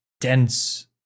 dense